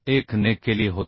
1 ने केली होती